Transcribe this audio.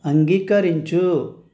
అంగీకరించు